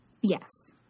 Yes